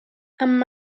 amb